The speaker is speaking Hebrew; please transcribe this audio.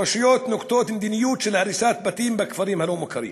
הרשויות נוקטות מדיניות של הריסת בתים בכפרים הלא־מוכרים.